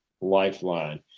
lifeline